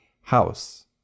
house